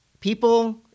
people